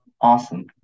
Awesome